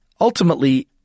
Ultimately